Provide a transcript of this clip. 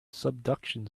subduction